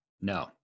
No